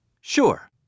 Sure